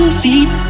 feet